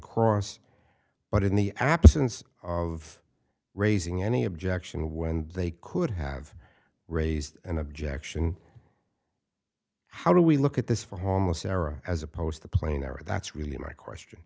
cross but in the absence of raising any objection when they could have raised an objection how do we look at this from homeless era as opposed to plain error that's really my question